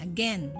Again